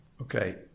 Okay